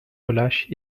relâche